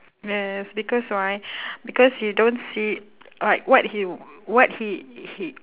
yes because why because you don't see like what he what he he